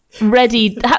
Ready